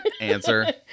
answer